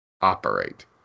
operate